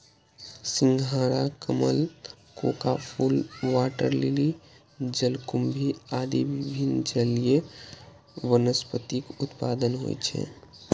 सिंघाड़ा, कमल, कोका फूल, वाटर लिली, जलकुंभी आदि विभिन्न जलीय वनस्पतिक उत्पादन होइ छै